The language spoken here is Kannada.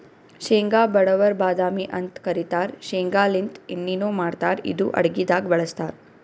ಶೇಂಗಾ ಬಡವರ್ ಬಾದಾಮಿ ಅಂತ್ ಕರಿತಾರ್ ಶೇಂಗಾಲಿಂತ್ ಎಣ್ಣಿನು ಮಾಡ್ತಾರ್ ಇದು ಅಡಗಿದಾಗ್ ಬಳಸ್ತಾರ್